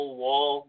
wall